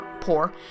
poor